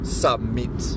submit